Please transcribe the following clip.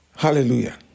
Hallelujah